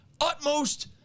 utmost –